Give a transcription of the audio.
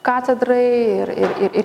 katedrai ir ir ir ir